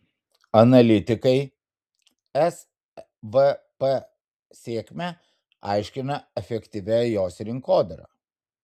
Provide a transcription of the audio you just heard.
analitikai svp sėkmę aiškina efektyvia jos rinkodara